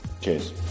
Cheers